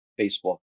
Facebook